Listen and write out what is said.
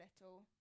little